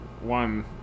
One